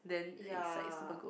ya